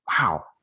Wow